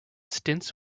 stints